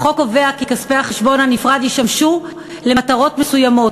החוק קובע כי כספי החשבון הנפרד ישמשו למטרות מסוימות,